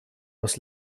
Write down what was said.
aus